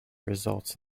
results